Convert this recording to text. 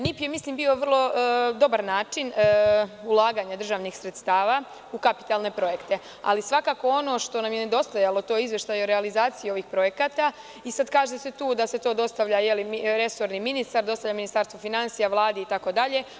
Nacionalni investicioni plan je bio dobar način ulaganja državnih sredstava u kapitalne projekte, ali svakako ono što nam je nedostajalo, to je izveštaj o realizaciji ovih projekata i kaže se da se to resorni ministar dostavlja Ministarstvu finansija, Vladi itd.